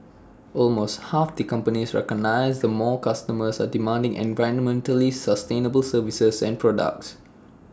almost half the companies recognise more customers are demanding environmentally sustainable services and products